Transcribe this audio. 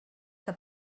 que